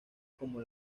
como